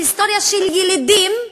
היסטוריה של ילידים,